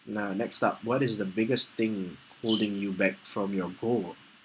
now next up what is the biggest thing holding you back from your goal